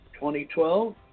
2012